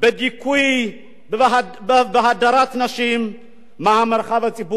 בדיכוי, בהדרת נשים מהמרחב הציבורי.